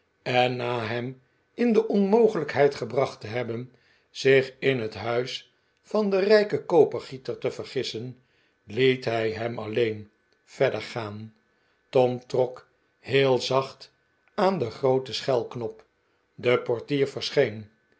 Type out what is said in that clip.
en na hem in de onmogelijkheid gebracht te hebben zich in het huis van den rijken kopergieter te vergissen liet hij hem alleen verder gaan tom trok heel zacht aan den grooten schelknop de portier verscheen